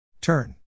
turn